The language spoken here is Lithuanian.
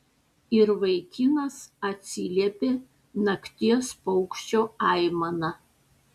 ir vaikinas atsiliepė nakties paukščio aimana